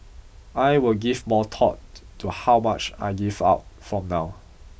I will give more thought to how much I give out from now